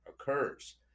occurs